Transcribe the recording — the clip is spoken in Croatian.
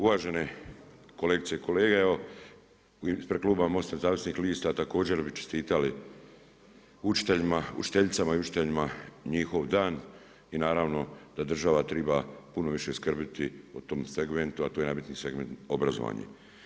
Uvažene kolegice i kolege, evo ispred kluba MOST-a Nezavisnih lista također bi čestitali učiteljicama i učiteljima njihov dan i naravno da država treba puno više skrbiti o tom segmentu a to je najbitniji segment obrazovanje.